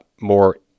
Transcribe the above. more